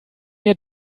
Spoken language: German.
mir